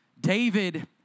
David